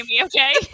okay